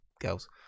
girls